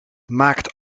maakt